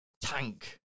Tank